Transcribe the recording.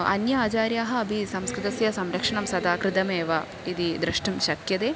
अन्य आचार्याः अपि संस्कृतस्य संरक्षणं सदा कृतमेव इति द्रष्टुं शक्यते